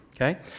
okay